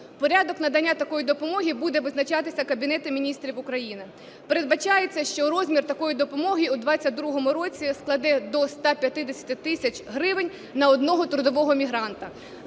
Порядок надання такої допомоги буде визначатися Кабінетом Міністрів України. Передбачається, що розмір такої допомоги в 22-му році складе до 150 тисяч гривень на одного трудового мігранта.